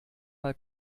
mal